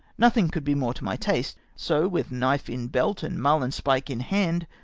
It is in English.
nothing could be more to my taste so, with knife in belt and marhnspike in hand,